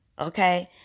Okay